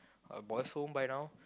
a boys home by now